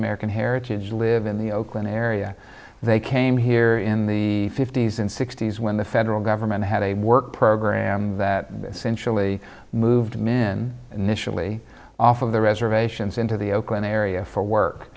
american heritage live in the oakland area they came here in the fifty's and sixty's when the federal government had a work program that essentially moved men initially off of the reservations into the oakland area for work